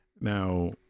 now